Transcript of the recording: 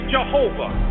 Jehovah